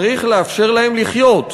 צריך לאפשר להם לחיות.